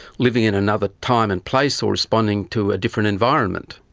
living in another time and place or responding to a different environment.